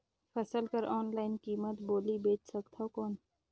फसल कर ऑनलाइन कीमत बोली बेच सकथव कौन?